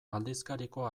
aldizkariko